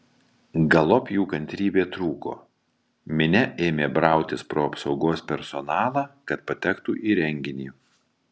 galop jų kantrybė trūko minia ėmė brautis pro apsaugos personalą kad patektų į renginį